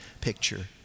picture